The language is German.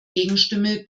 gegenstimme